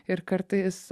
ir kartais